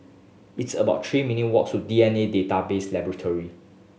it's about three minute walk to D N A Database Laboratory